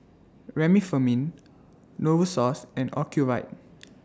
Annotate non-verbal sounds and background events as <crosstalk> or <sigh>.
Remifemin Novosource and Ocuvite <noise>